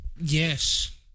Yes